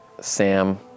Sam